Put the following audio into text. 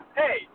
hey